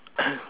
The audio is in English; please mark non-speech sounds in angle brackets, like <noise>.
<coughs>